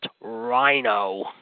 Rhino